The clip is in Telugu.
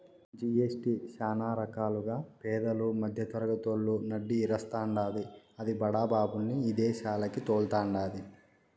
జి.ఎస్.టీ సానా రకాలుగా పేదలు, మద్దెతరగతోళ్ళు నడ్డి ఇరస్తాండాది, అది బడా బాబుల్ని ఇదేశాలకి తోల్తండాది